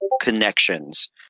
connections